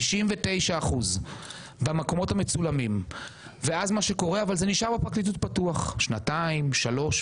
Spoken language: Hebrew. כשבפרקליטות זה נשאר פתוח שנתיים, שלוש.